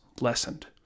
lessened